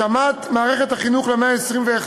התאמת מערכת החינוך למאה ה-21,